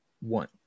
one